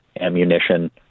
ammunition